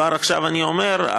כבר עכשיו אני אומר,